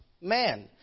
man